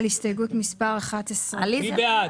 רוויזיה על הסתייגות מס' 18. מי בעד,